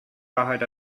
wahrheit